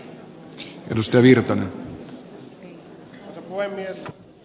arvoisa puhemies